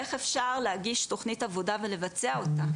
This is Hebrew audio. איך אפשר להגיש תוכנית עבודה ולבצע אותה.